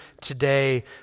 today